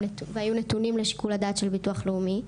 והיו נתונים לשיקול הדעת של ביטוח לאומי.